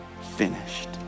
finished